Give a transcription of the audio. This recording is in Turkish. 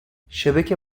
şebeke